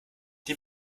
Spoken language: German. die